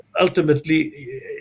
ultimately